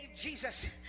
Jesus